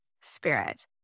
spirit